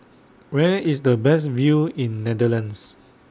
Where IS The Best View in Netherlands